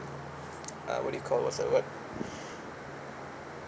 what do you call what the word